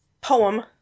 poem